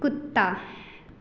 कुत्ता